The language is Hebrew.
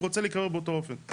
ורוצה להיקבר באותו אופן.